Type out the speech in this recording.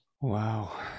wow